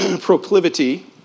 proclivity